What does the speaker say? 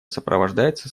сопровождается